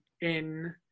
in-